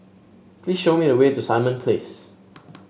please show me the way to Simon Place